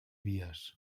vies